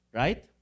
right